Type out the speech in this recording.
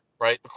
right